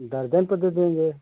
दर्जन पर दे देंगे